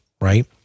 Right